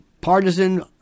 partisan